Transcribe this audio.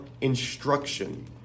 instruction